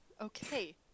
Okay